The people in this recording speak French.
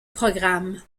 programme